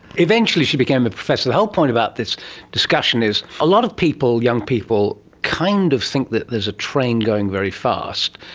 eventually she became a professor. the whole point about this discussion is a lot of young people kind of think that there is a train going very fast,